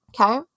Okay